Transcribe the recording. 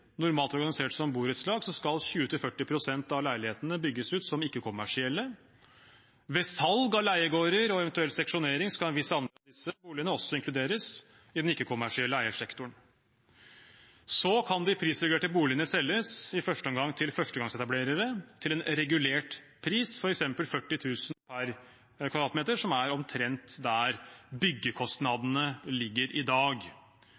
normalt organisert som borettslag, skal 20–40 pst. av leilighetene bygges ut som ikke-kommersielle. Ved salg av leiegårder og eventuell seksjonering skal en viss andel av disse boligene også inkluderes i den ikke-kommersielle eiersektoren. Så kan de prisregulerte boligene selges, i første omgang til førstegangsetablerere, til en regulert pris, f.eks. 40 000 kr per kvadratmeter, som er omtrent der byggekostnadene ligger i dag.